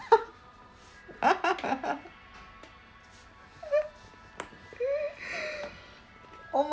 oh